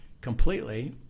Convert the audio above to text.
completely